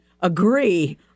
agree